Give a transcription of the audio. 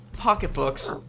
Pocketbooks